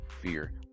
Fear